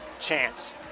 chance